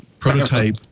prototype